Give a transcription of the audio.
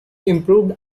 improved